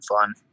fun